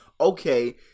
okay